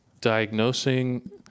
diagnosing